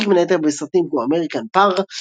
הוא שיחק בין היתר בסרטים כמו "אמריקן פאר",